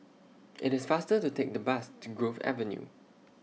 IT IS faster to Take The Bus to Grove Avenue